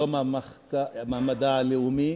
יום המדע הלאומי,